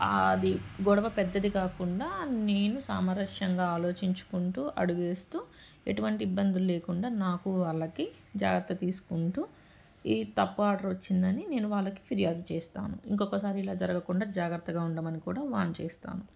అది గొడవ పెద్దది కాకుండా నేను సామరస్యంగా ఆలోచించుకుంటూ అడుగేస్తూ ఎటువంటి ఇబ్బందులు లేకుండా నాకు వాళ్ళకి జాగ్రత్త తీసుకుంటూ ఈ తప్పు ఆర్డర్ వచ్చిందని నేను వాళ్ళకి ఫిర్యాదు చేస్తాను ఇంకొకసారి ఇలా జరగకుండా జాగ్రత్తగా ఉండమని కూడా వార్న్ చేస్తాను